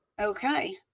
Okay